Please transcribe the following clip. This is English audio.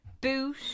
boot